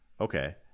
Okay